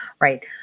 right